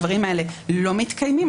הדברים האלה לא מתקיימים.